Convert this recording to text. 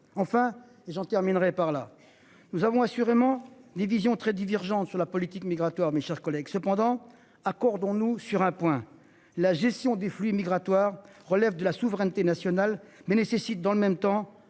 enfin et j'en terminerai par là. Nous avons assurément des visions très divergentes sur la politique migratoire, mes chers collègues cependant accordons-nous sur un point, la gestion des flux migratoires relève de la souveraineté nationale mais nécessite dans le même temps